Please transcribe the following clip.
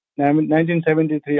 1973